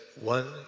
one